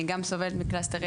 אני גם סובלת מכאב ראש קלסטר,